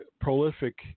prolific